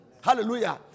Hallelujah